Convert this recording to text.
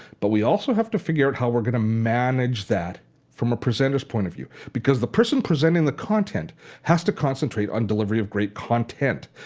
but we also have to figure out how we're going to manage that from a presenter's point of view because the person presenting the content has to concentrate on the delivery of great content.